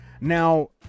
now